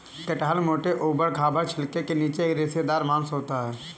कटहल मोटे, ऊबड़ खाबड़ छिलके के नीचे एक रेशेदार मांस होता है